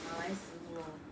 马来食物 lor